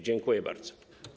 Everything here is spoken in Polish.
Dziękuję bardzo.